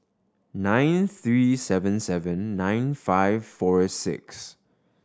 nine three seven seven nine five four six